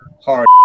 hard